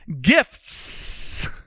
gifts